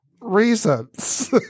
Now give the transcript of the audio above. reasons